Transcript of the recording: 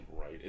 Right